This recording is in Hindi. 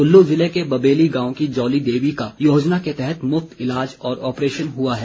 कुल्लू जिले के बबेली गांव की जौली देवी का योजना के तहत मुफ्त इलाज और ऑप्रेशन हुआ है